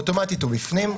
אוטומטית הוא בפנים,